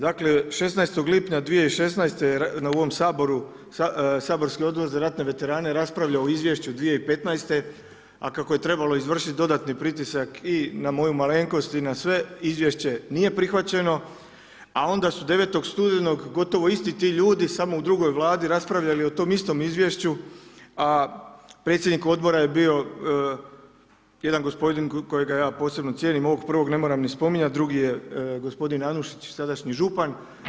Dakle 16. lipnja 2016. na ovom Saboru, saborski Odbor za ratne veterane je raspravljalo o izvješću 2015. a kako je trebalo izvršiti dodatni pritisak i na sve izvješće nije prihvaćeno a onda su 9. studenog gotovo isti ti ljudi samo u drugoj Vladi raspravljali o tom istom izvješću a predsjednik odbor je bio jedan gospodin kojega ja posebno cijenim, ovog prvog ne trebam ni spominjati, drugi je gospodin Anušić sadašnji župan.